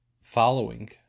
following